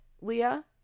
Leah